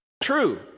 true